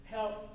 help